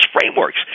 frameworks